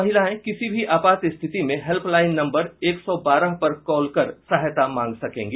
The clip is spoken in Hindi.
महिलाएं किसी भी आपात स्थिति में हेल्पलाईन नम्बर एक सौ बारह पर कॉल कर सहायता मांग सकेंगी